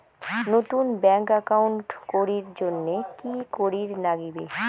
নতুন bank account করির জন্যে কি করিব নাগিবে?